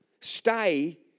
stay